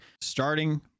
starting